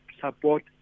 support